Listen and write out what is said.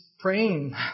praying